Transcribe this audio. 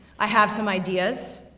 i have some ideas,